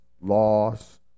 loss